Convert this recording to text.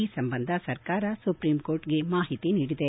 ಈ ಸಂಬಂಧ ಸರಕಾರ ಸುಪ್ರೀಂ ಕೋರ್ಟಿಗೆ ಮಾಹಿತಿ ನೀಡಿದೆ